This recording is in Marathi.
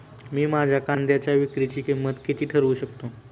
मी माझ्या कांद्यांच्या विक्रीची किंमत किती ठरवू शकतो?